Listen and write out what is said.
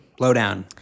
Blowdown